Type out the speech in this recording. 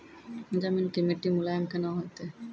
जमीन के मिट्टी मुलायम केना होतै?